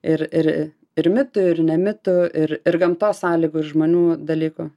ir ir ir mitų ir ne mitų ir ir gamtos sąlygų ir žmonių dalykų